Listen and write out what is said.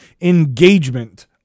engagement